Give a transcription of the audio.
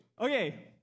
Okay